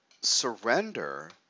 surrender